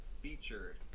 featured